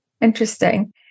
Interesting